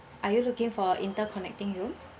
are you looking for interconnecting room